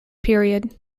period